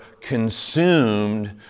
consumed